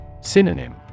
Synonym